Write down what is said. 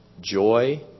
joy